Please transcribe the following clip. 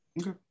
Okay